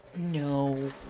No